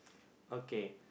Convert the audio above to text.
okay